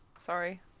sorry